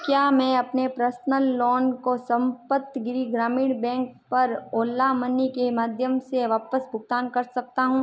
क्या मैं अपने पर्सनल लोन को सम्पतगिरी ग्रामीण बैंक पर ओला मनी के माध्यम से वापस भुगतान कर सकता हूँ